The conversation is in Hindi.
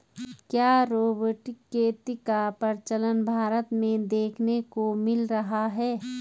क्या रोबोटिक खेती का प्रचलन भारत में देखने को मिल रहा है?